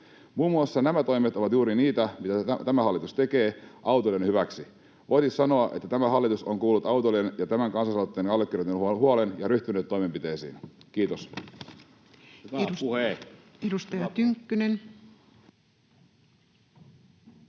Muun muassa nämä toimet ovat juuri niitä, mitä tämä hallitus tekee autoilijoiden hyväksi. Voi siis sanoa, että tämä hallitus on kuullut autoilijoiden ja tämän kansalaisaloitteen allekirjoittaneiden huolen ja ryhtynyt toimenpiteisiin. — Kiitos.